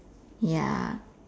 ya